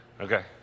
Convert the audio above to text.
okay